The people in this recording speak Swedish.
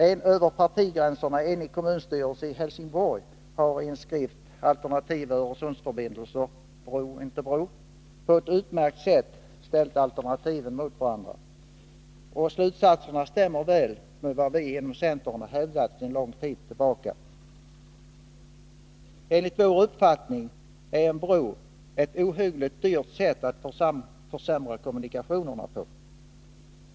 En över partigränserna enig kommunstyrelse i Helsingborg har i en skrift, Alternativa Öresundsförbindelser — Bro inte bro, på ett utmärkt sätt ställt alternativen mot varandra. Slutsatserna stämmer väl med vad vi inom centern har hävdat sedan lång tid tillbaka. Enligt vår uppfattning är byggandet av en bro ett ohyggligt dyrt sätt att försämra kommunikationerna.